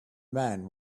man